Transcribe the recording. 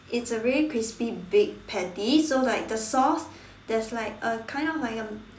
it's a really crispy big patty so like the sauce there's like a kind of like a